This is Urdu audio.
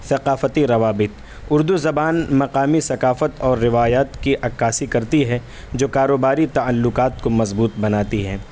ثقافتی روابط اردو زبان مقامی ثقافت اور روایت کی عکاسی کرتی ہے جو کاروباری تعلقات کو مضبوط بناتی ہیں